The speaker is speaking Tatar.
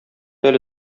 әле